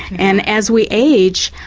and as we age,